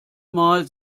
mal